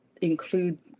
include